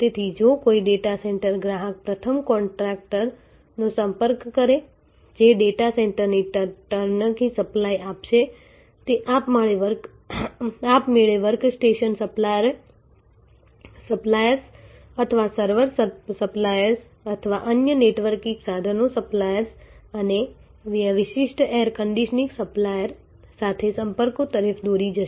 તેથી જો કોઈ ડેટા સેન્ટર ગ્રાહક પ્રથમ કોન્ટ્રાક્ટરનો સંપર્ક કરે છે જે ડેટા સેન્ટરની ટર્નકી સપ્લાય આપશે તે આપમેળે વર્ક સ્ટેશન સપ્લાયર્સ અથવા સર્વર સપ્લાયર્સ અથવા અન્ય નેટવર્કિંગ સાધનો સપ્લાયર્સ અથવા વિશિષ્ટ એર કન્ડીશનીંગ સપ્લાયર સાથે સંપર્કો તરફ દોરી જશે